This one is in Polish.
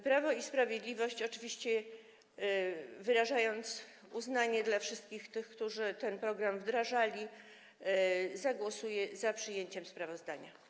Prawo i Sprawiedliwość oczywiście, wyrażając uznanie dla wszystkich tych, którzy ten program wdrażali, zagłosuje za przyjęciem sprawozdania.